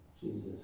Jesus